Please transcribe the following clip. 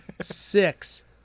Six